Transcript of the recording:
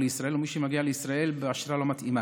לישראל ומי שמגיע לישראל באשרה לא מתאימה.